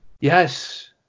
Yes